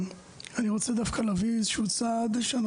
אני רוצה דווקא להביא איזשהו צד שאני